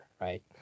right